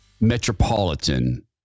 metropolitan